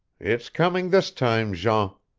it's coming this time, jean!